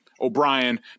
O'Brien